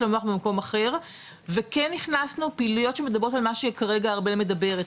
המוח במקום אחר וכן הכנסנו פעילויות שמדוברות על מה שכרגע ארבל מדברת,